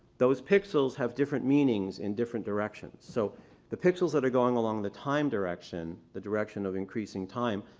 those pixels have different meanings in different directions. so the pixels that are going along the time direction, the direction of increasing time,